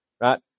Right